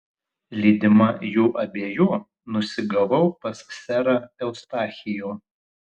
lydima jų abiejų nusigavau pas serą eustachijų